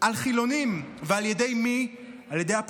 על חילונים, על ידי מי?